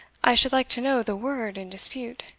i should like to know the word in dispute.